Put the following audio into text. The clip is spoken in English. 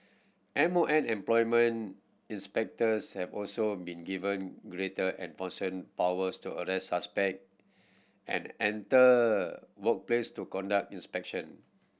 M O M employment inspectors have also been given greater enforcing powers to arrest suspect and enter workplace to conduct inspection